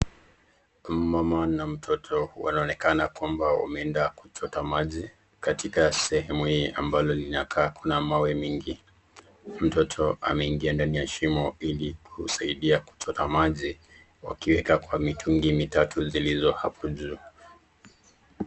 Mama na mtoto wanaonekana wameenda kuchota maji katika sehemu hii ambalo linakaa kuna mawe mingi. Mtoto ameingia ndani ya shimo ili kumsaidia kuchota maji wakiweka kwa mitungi mitatu zilizo hapo juu.